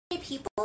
people